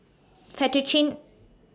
Fettuccine